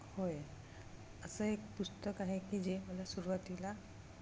होय असं एक पुस्तक आहे की जे मला सुरुवातीला